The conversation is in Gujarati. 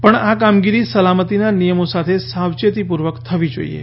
પણ આ કામગીરી સલામતીના નિયમો સાથે સાવચેતીપૂર્વક થવી જોઈએ